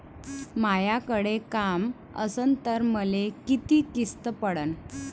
मायाकडे काम असन तर मले किती किस्त पडन?